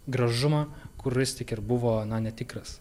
gražumą kuris tik ir buvo netikras